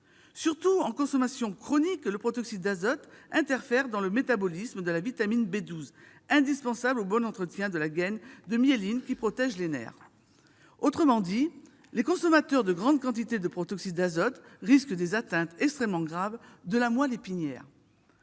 Surtout, en consommation chronique, le protoxyde d'azote interfère dans le métabolisme de la vitamine B12, indispensable au bon entretien de la gaine de myéline qui protège les nerfs. En d'autres termes, les consommateurs de grandes quantités de protoxyde d'azote risquent des atteintes extrêmement graves de la moelle épinière.